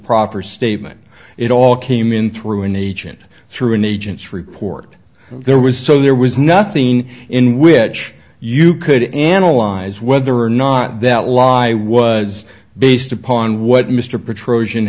proper statement it all came in through an agent through an agent's report there was so there was nothing in which you could analyze whether or not that lie was based upon what mr p